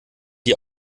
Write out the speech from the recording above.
die